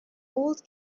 old